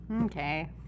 Okay